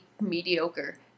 mediocre